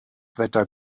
wetter